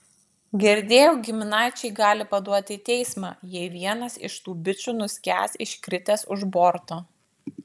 girdėjau giminaičiai gali paduoti į teismą jei vienas iš tų bičų nuskęs iškritęs už borto